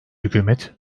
hükümet